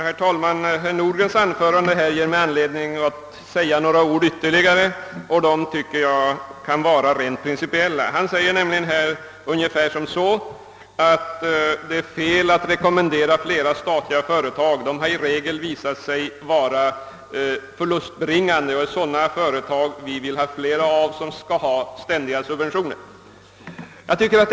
Herr talman! Herr Nordgrens anförande ger mig anledning att anföra ytterligare ett par, kanske mer principiella synpunkter. Herr Nordgren sade, att det är fel att rekommendera tillskapandet av ytterligare statliga företag, eftersom dessa i regel visat sig vara förlustbringande; det är inte företag som skall ha ständiga subventioner vi vill ha fler av.